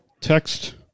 text